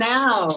now